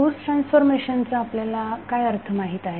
source ट्रान्सफॉर्मेशनचा आपल्याला काय अर्थ माहित आहे